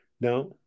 Now